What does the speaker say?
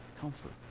comfort